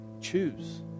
choose